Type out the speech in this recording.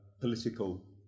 political